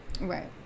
right